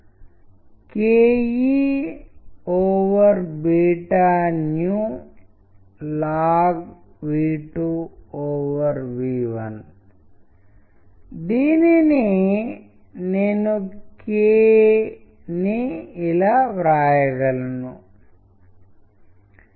కానీ అది అంతకు మించి కూడా విస్తరించవచ్చు ఇది మీ వెబ్ పేజీలలో ఒక భాగం కావచ్చు మీరు కేవలం ప్రెజెంటేషన్ కాకుండా ఇతర వ్యాపారాలు చేయడానికి వెళ్లినట్లయితే ఇది మీ ప్రకటనల వ్యూహంలో భాగం కావచ్చు ఇది చాలా రకాలుగా ఉపయోగించబడుతుంది కాబట్టి నేను మీతో పంచుకోవాలనుకున్న వాటిలో ఇది ఒకటి